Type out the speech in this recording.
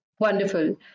Wonderful